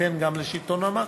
שייתן גם לשלטונות המס,